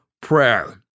prayer